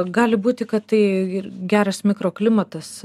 gali būti kad tai ir geras mikroklimatas